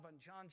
John